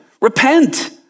repent